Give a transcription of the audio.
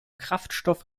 kraftstoff